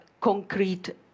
concrete